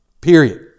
period